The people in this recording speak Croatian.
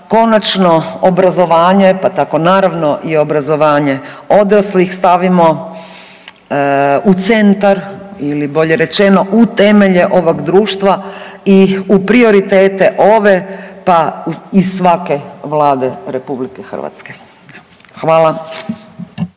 konačno obrazovanje, pa tako naravno i obrazovanje odraslih stavimo u centar ili bolje rečeno u temelje ovog društva i u prioritete ove, pa i svake Vlade RH. Hvala.